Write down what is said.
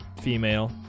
female